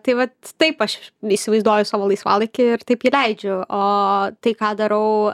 tai vat taip aš įsivaizduoju savo laisvalaikį ir taip jį leidžiu o tai ką darau